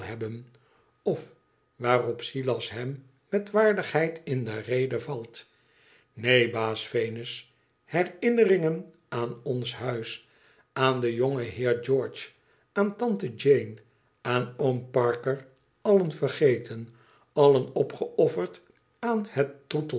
of waarop silas hem met waardigheid in de rede valt neen baas venus herinneringen aan ons huis aan den jongen heer george aan tante jeane aan oom parker allen vergeten allen opgeofferd aan het troetelkmd